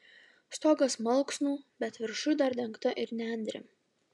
stogas malksnų bet viršuj dar dengta ir nendrėm